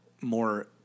more